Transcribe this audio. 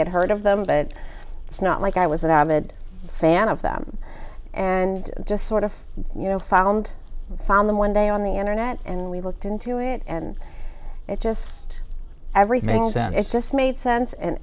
had heard of them but it's not like i was an avid fan of them and just sort of you know found found them one day on the internet and we looked into it and it just everything else and it just made sense and